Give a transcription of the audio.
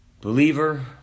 believer